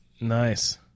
Nice